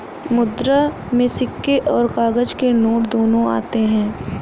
मुद्रा में सिक्के और काग़ज़ के नोट दोनों आते हैं